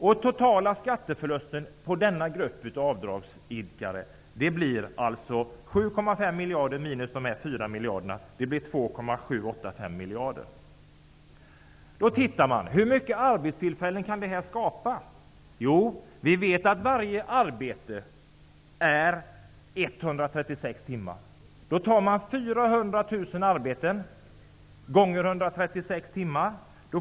Den totala skatteförlusten på den grupp som gör denna typ av avdrag blir alltså 7,5 miljarder minus 4 miljarder, och det blir 2,785 miljarder. Hur många arbetstillfällen kan detta skapa? Jo, vi vet att varje arbete är 136 timmar. Om man tar miljoner timmar.